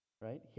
right